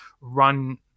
run-